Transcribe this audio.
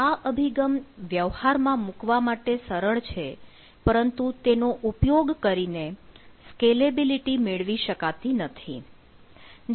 આ અભિગમ વ્યવહારમાં મુકવા માટે સરળ છે પરંતુ તેનો ઉપયોગ કરીને સ્કેલેબિલિટી મેળવી શકાતી નથી